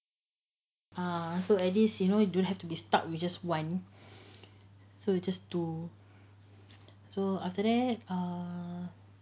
ah so at least you know you don't have to be stuck with just one so you just two so after that uh